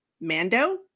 Mando